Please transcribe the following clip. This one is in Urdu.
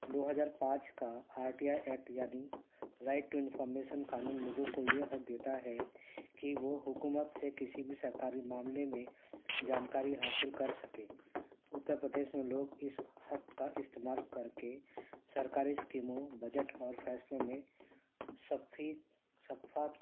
دو ہزار پانچ کا آر ٹی آئی ایکٹ یعنی رائٹ ٹو انفارمیسن قانون لوگوں کو یہ حق دیتا ہے کہ وہ حکومت سے کسی بھی سرکاری معاملے میں جانکاری حاصل کر سکے اتر پردیش میں لوگ اس حق کا استعمال کر کے سرکاری اسکیموں بجٹ اور فیصلوں میں سفی صفات